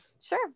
sure